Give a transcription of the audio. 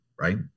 Right